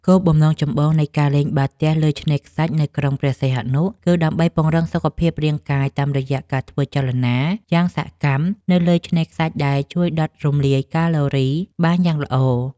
គោលបំណងចម្បងនៃការលេងបាល់ទះលើឆ្នេរខ្សាច់នៅក្រុងព្រះសីហនុ គឺដើម្បីពង្រឹងសុខភាពរាងកាយ តាមរយៈការធ្វើចលនាយ៉ាងសកម្មនៅលើផ្ទៃខ្សាច់ដែលជួយដុតរំលាយកាឡូរីបានយ៉ាងល្អ។